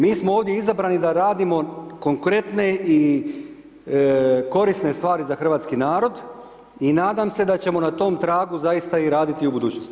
Mi smo ovdje izabrani da radimo konkretne i korisne stvari za hrvatski narod i nadam se da ćemo na tom tragu zaista i raditi u budućnosti.